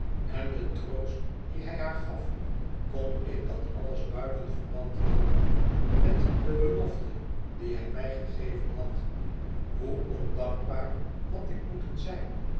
en de troost dien hij haar gaf kon ik dat alles buiten verband houden met de belofte die hij mij gegeven had hoe ondankbaar had ik moeten zijn